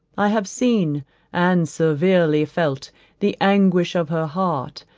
i have seen and severely felt the anguish of her heart,